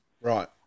Right